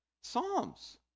Psalms